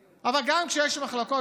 יכול להיות שלא נצליח לפתור אותן.